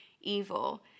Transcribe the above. evil